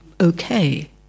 okay